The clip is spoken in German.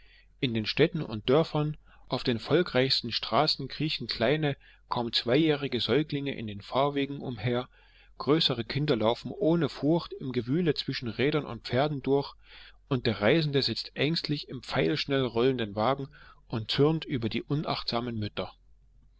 in den städten und dörfern auf den volkreichsten straßen kriechen kleine kaum zweijährige säuglinge in den fahrwegen umher größere kinder laufen ohne furcht im gewühle zwischen rädern und pferden durch und der reisende sitzt ängstlich im pfeilschnell rollenden wagen und zürnt über die unachtsamen mütter